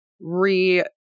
re